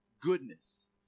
goodness